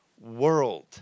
world